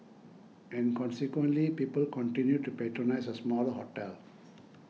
and consequently people continued to patronise a smaller hotel